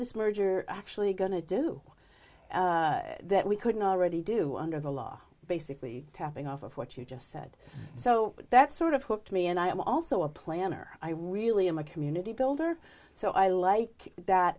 this merger actually going to do that we couldn't already do under the law basically tapping off of what you just said so that sort of hooked me and i am also a planner i really am a community builder so i like that